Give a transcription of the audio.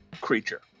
creature